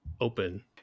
open